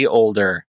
older